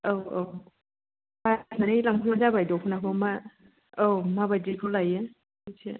औ औ बासिनानै लांफैबानो जाबाय दख'नाखौ मा बायदिखौ लायो एसे